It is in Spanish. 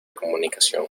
comunicación